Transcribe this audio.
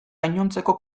gainontzeko